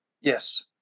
yes